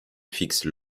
fixent